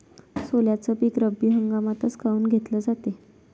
सोल्याचं पीक रब्बी हंगामातच काऊन घेतलं जाते?